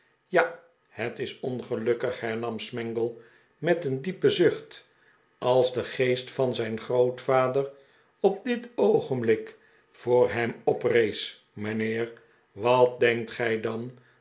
ja het is ongelukkig hernam smangle met een diepen zucht als de geest van zijn grootvader op dit oogenblik voor hem opr ees mijnheer wat denkt gij dan